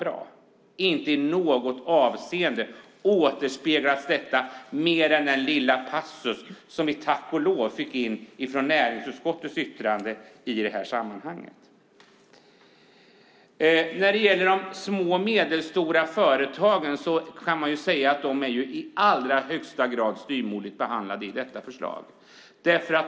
Men inte i något avseende återspeglas detta, bortsett från den lilla passus som vi tack och lov fick in från näringsutskottets yttrande i sammanhanget. De små och medelstora företagen kan man säga är i allra högsta grad styvmoderligt behandlade i detta förslag.